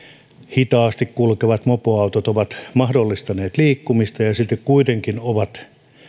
hitaasti kulkevat mopoautot ovat mahdollistaneet liikkumista ja silti kuitenkin ovat